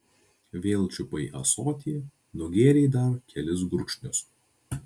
vėl čiupai ąsotį nugėrei dar kelis gurkšnius